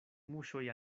muŝoj